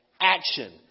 action